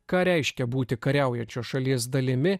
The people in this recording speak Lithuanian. ką reiškia būti kariaujančios šalies dalimi